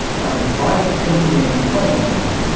and the private company employing them,